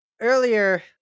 earlier